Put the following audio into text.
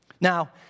Now